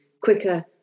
quicker